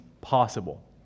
possible